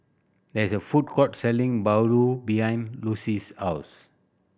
there is a food court selling bahulu behind Lucie's house